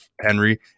Henry